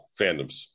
fandoms